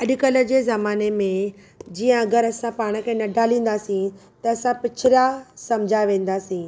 अॼुकल्ह जे ज़माने में जीअं अगरि असां पाण खे न टालींदासी त असां पिछला समुझा वेंदासीं